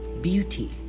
beauty